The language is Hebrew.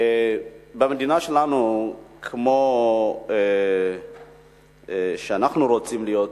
במדינה שלנו, כמו שאנחנו רוצים להיות,